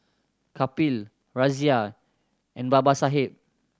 Kapil Razia and Babasaheb